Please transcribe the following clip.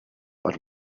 but